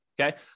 Okay